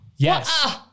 Yes